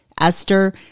Esther